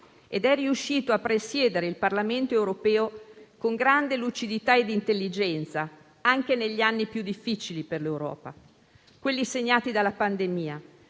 riuscendo a presiedere il Parlamento europeo con grande lucidità ed intelligenza anche negli anni più difficili per l'Europa, quelli segnati dalla pandemia;